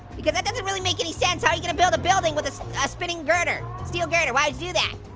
because that doesn't really make any sense. how are you gonna build a building with a spinning girder? steel girder, why would you do that?